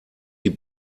die